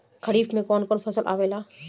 खरीफ में कौन कौन फसल आवेला?